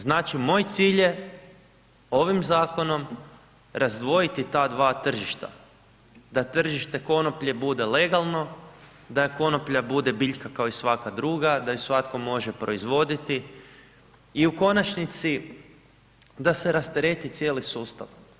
Znači, moj cilj je ovim zakonom razdvojiti ta 2 tržišta, da tržište konoplje bude legalno, da konoplja bude biljka kao i svaka druga, da ju svatko može proizvoditi i u konačnici da se rastereti cijeli sustav.